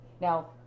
Now